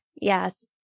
Yes